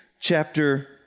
chapter